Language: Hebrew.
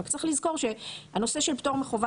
רק צריך לזכור שהנושא של פטור מחובת